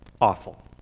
awful